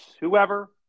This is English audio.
whoever